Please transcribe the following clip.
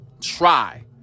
try